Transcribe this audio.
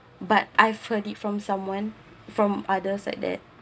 but I've heard it from someone from others like that